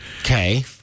Okay